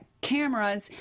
cameras